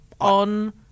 on